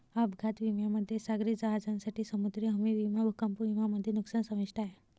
अपघात विम्यामध्ये सागरी जहाजांसाठी समुद्री हमी विमा भूकंप विमा मध्ये नुकसान समाविष्ट आहे